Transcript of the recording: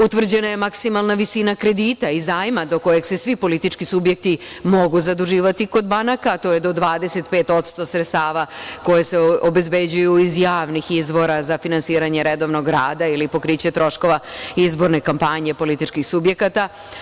Utvrđena je maksimalna visina kredita i zajma do kojeg se svi politički subjekti mogu zaduživati kod banaka, a to je do 25% sredstava koji se obezbeđuju iz javnih izvora za finansiranje redovnog rada ili pokriće troškova izborne kampanje političkih subjekata.